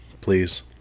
please